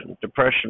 depression